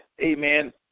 amen